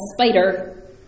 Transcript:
spider